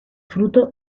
fruto